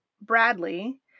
Bradley